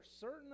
certain